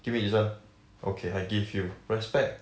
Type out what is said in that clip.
give me this one okay I give you respect